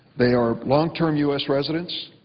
they are long-term u s. residents.